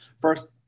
first